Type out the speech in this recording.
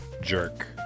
jerk